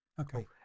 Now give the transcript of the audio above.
Okay